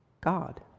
God